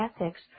ethics